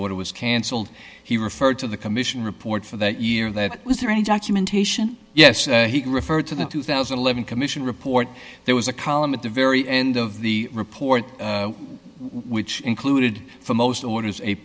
order was cancelled he referred to the commission report for that year that was there any documentation yes he referred to the two thousand and eleven commission report there was a column at the very end of the report which included for most orders a